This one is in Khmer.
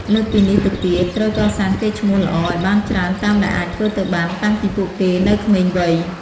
លើសពីនេះទៅទៀត ត្រូវកសាងកេរ្ដិ៍ឈ្មោះល្អឱ្យបានច្រើនតាមដែលអាចធ្វើទៅបានតាំងពីពួកគេនៅក្មេងវ័យ។